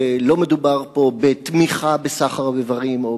ולא מדובר פה בתמיכה בסחר באיברים או